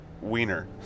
wiener